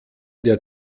der